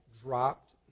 dropped